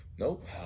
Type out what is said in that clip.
Nope